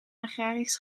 agrarisch